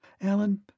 Alan